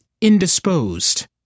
indisposed